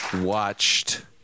watched